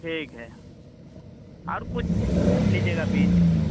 ठीक है और कुछ लीजिएगा बीज